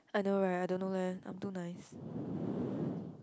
I know right I don't know leh I'm too nice